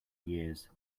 years